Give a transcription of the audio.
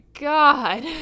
god